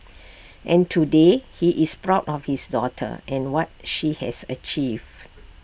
and today he is proud of his daughter and what she has achieved